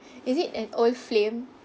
is it an old flame